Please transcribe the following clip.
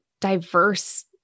diverse